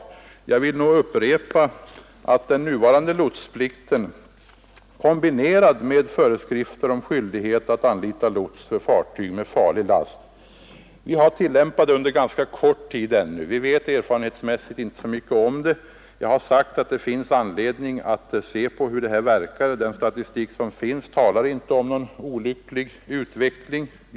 Jag vill där upprepa att den nuvarande lotsplikten, kombinerad med föreskrifter om skyldighet för fartyg med farlig last att anlita lots, har tillämpats bara en ganska kort tid ännu. Därför vet vi erfarenhetsmässigt inte så mycket om hur systemet verkar. Jag har sagt att det finns anledning att se på vilken verkan föreskrifterna har, och den statistik som föreligger talar inte om någon markerat olycklig utveckling.